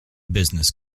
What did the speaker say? business